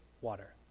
water